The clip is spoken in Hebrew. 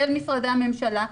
של משרדי הממשלה,